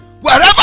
wherever